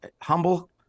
humble